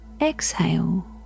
exhale